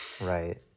Right